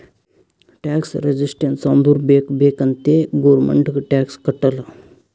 tax resistance ಅಂದುರ್ ಬೇಕ್ ಬೇಕ್ ಅಂತೆ ಗೌರ್ಮೆಂಟ್ಗ್ ಟ್ಯಾಕ್ಸ್ ಕಟ್ಟಲ್ಲ